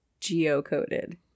geocoded